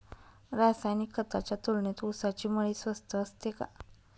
रासायनिक खतांच्या तुलनेत ऊसाची मळी स्वस्त असते का?